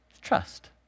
Trust